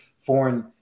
foreign